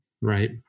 Right